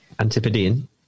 Antipodean